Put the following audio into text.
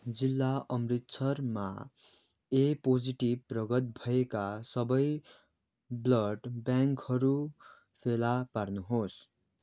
जिल्ला अमृतसरमा A positive रगत भएका सबै ब्लड ब्याङ्कहरू फेला पार्नुहोस्